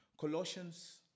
Colossians